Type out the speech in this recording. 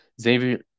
Xavier